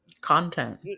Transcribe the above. content